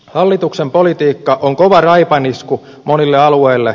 hallituksen politiikka on kova raipanisku monille alueille